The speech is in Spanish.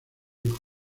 hijos